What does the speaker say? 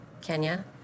Kenya